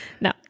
No